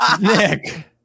nick